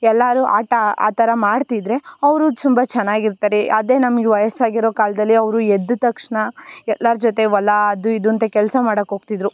ಎಲ್ಲರು ಆಟ ಆ ಥರ ಮಾಡ್ತಿದ್ದರೆ ಅವರು ತುಂಬ ಚೆನ್ನಾಗಿರ್ತಾರೆ ಅದೇ ನಮಗೆ ವಯಸ್ಸಾಗಿರೋ ಕಾಲದಲ್ಲಿ ಅವರು ಎದ್ದ ತಕ್ಷಣ ಎಲ್ಲರ ಜೊತೆ ಹೊಲಾ ಅದು ಇದು ಅಂತ ಕೆಲಸ ಮಾಡೋಕ್ ಹೋಗ್ತಿದ್ರು